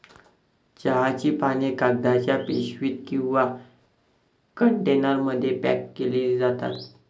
चहाची पाने कागदाच्या पिशवीत किंवा कंटेनरमध्ये पॅक केली जातात